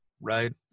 right